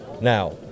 Now